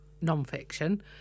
non-fiction